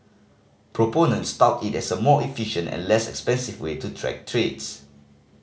proponents tout it as a more efficient and less expensive way to track trades